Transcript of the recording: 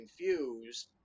confused